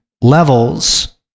levels